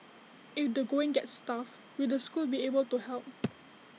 if the going gets tough will the school be able to help